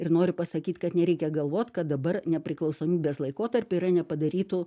ir noriu pasakyt kad nereikia galvot kad dabar nepriklausomybės laikotarpiu yra nepadarytų